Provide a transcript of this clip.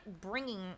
bringing